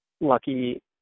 lucky